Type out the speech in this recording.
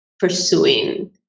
pursuing